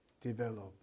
develop